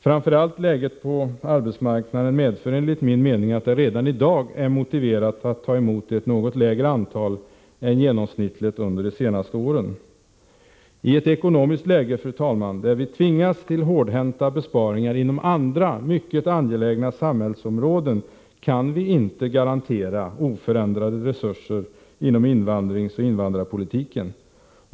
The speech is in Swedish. Framför allt läget på arbetsmarknaden medför enligt min mening att det redan i dag är motiverat att ta emot ett något lägre antal än genomsnittligt under de senaste åren. I ett ekonomiskt läge, fru talman, där vi tvingas till hårdhänta besparingar inom andra mycket angelägna samhällsområden kan vi inte garantera oförändrade resurser inom invandringsoch invandrarpolitiken.